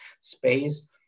space